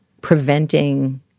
preventing